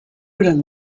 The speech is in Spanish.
gran